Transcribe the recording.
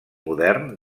modern